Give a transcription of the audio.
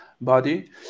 body